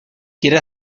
quiere